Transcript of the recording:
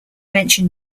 mention